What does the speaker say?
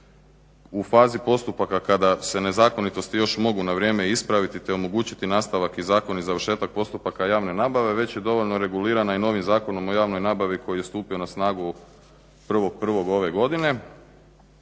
u fazi postupaka kada se nezakonitosti još mogu na vrijeme ispraviti te omogućiti nastavak i zakonit završetak postupaka javne nabave već je dovoljno regulirana i novim Zakonom o javnoj nabavi koji je stupio na snagu 1.01. ove godine.